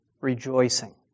rejoicing